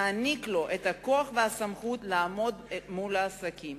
נעניק לו את הכוח והסמכות לעמוד מול העסקים.